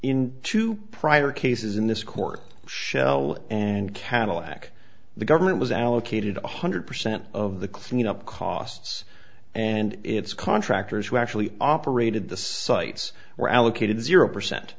in two prior cases in this court shell and cadillac the government was allocated one hundred percent of the cleanup costs and its contractors who actually operated the sites were allocated zero percent